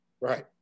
Right